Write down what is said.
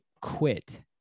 quit